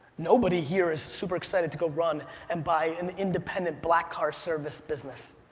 nobody here is super excited to go run and buy an independent black car service business,